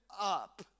up